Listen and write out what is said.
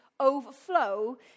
overflow